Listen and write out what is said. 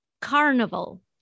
carnival